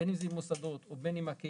בין אם זה מוסדות ובין אם בקהילה